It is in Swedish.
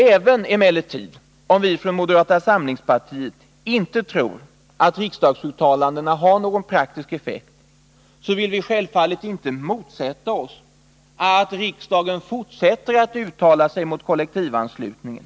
Även om vi i moderata samlingspartiet inte tror att riksdagsut Nr 27 talanden har någon praktisk effekt, vill vi emellertid självfallet inte motsätta Onsdagen den oss att riksdagen fortsätter att uttala sig mot kollektivanslutningen.